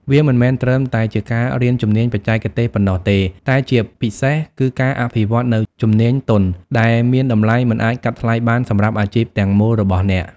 វាមិនមែនត្រឹមតែជាការរៀនជំនាញបច្ចេកទេសប៉ុណ្ណោះទេ តែជាពិសេសគឺការអភិវឌ្ឍនូវ ជំនាញទន់ ដែលមានតម្លៃមិនអាចកាត់ថ្លៃបានសម្រាប់អាជីពទាំងមូលរបស់អ្នក។